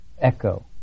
echo